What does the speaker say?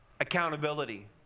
accountability